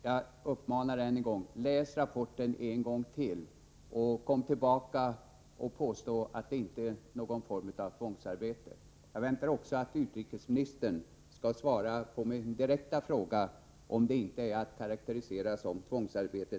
Jag uppmanar honom än en gång: Läs rapporten en gång till och kom tillbaka och påstå att det inte förekommer någon form av tvångsarbete! Jag väntar också på att utrikesministern skall svara på min direkta fråga: Är detta inte att karakterisera som tvångsarbete?